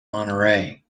monterey